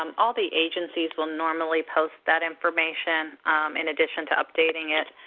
um all the agencies will normally post that information in addition to updating it,